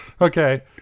Okay